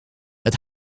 het